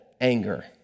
anger